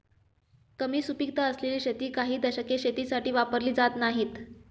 कमी सुपीकता असलेली शेती काही दशके शेतीसाठी वापरली जात नाहीत